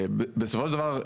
בסופו של דבר,